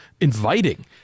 inviting